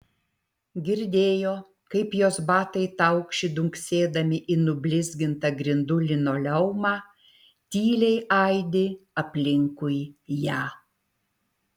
girdėjo kaip jos batai taukši dunksėdami į nublizgintą grindų linoleumą tyliai aidi aplinkui ją